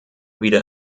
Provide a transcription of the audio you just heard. wieder